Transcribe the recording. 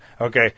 Okay